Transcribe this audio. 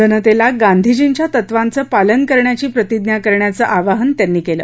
जनतेला गांधीजींच्या तत्वांचं पालन करण्याची प्रतिज्ञा करण्याचं आवाहनही त्यांनी केलं